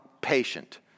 patient